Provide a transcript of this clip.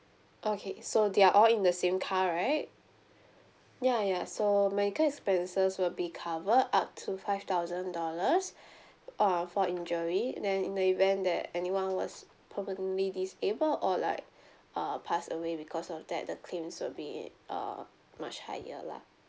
okay so they're all in the same car right ya ya so medical expenses will be covered up to five thousand dollars uh for injury then in the event that anyone was permanently disabled or like uh pass away because of that the claims will be uh much higher lah